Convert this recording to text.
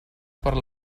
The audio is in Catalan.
per